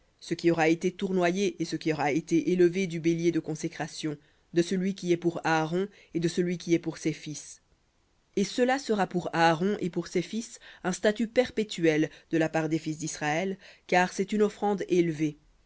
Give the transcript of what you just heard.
qui aura été tournoyé et qui aura été élevé du bélier de consécration de celui qui est pour aaron et de celui qui est pour ses fils et cela sera pour aaron et pour ses fils un statut perpétuel de la part des fils d'israël car c'est une offrande élevée